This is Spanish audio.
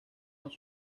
los